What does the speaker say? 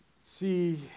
see